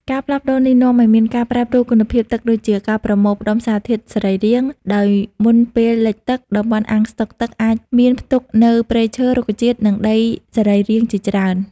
ការផ្លាស់ប្តូរនេះនាំឱ្យមានការប្រែប្រួលគុណភាពទឹកដូចជា ការប្រមូលផ្តុំសារធាតុសរីរាង្គ ដោយមុនពេលលិចទឹក តំបន់អាងស្តុកទឹកអាចមានផ្ទុកនូវព្រៃឈើ រុក្ខជាតិ និងដីសរីរាង្គជាច្រើន។